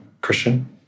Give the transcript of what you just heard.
Christian